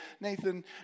Nathan